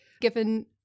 given